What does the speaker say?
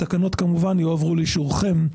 התקנות, כמובן, יועברו לאישורכם.